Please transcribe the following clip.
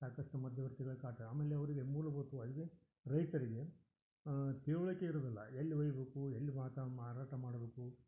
ಸಾಕಷ್ಟು ಮಧ್ಯವರ್ತಿಗಳ ಕಾಟ ಆಮೇಲೆ ಅವ್ರಿಗೆ ಮೂಲಭೂತವಾಗಿ ರೈತರಿಗೆ ತಿಳಿವಳಿಕೆ ಇರೋದಿಲ್ಲ ಎಲ್ಲಿ ಒಯ್ಯಬೇಕು ಎಲ್ಲಿ ಮಾತು ಮಾರಾಟ ಮಾಡ್ಬೇಕು